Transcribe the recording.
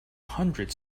hundred